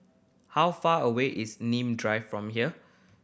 how far away is Nim Drive from here